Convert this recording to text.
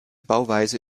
bauweise